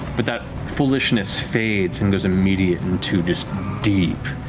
but that foolishness fades and goes immediate into this deep,